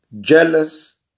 jealous